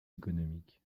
économiques